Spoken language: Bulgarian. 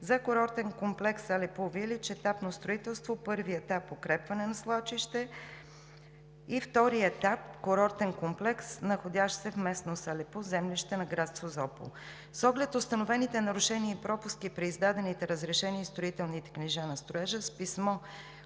за Курортен комплекс „Алепу вилидж“, етапно строителство – първи етап укрепване на свлачище, и втори етап – курортен комплекс, находящ се в местност Алепу, землище на град Созопол. С оглед установените нарушения и пропуски при издадените разрешения и строителните книжа на строежа, с писмо